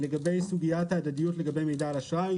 לגבי סוגית ההדדיות לגבי מידע על אשראי